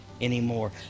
anymore